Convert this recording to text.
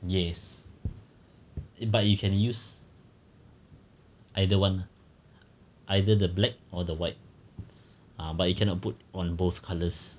yes eh but you can use either one ah either the black or the white ah but you cannot put on both colours